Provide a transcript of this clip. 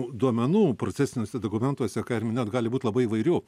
duomenų procesiniuose dokumentuose ką ir minėjot gali būt labai įvairių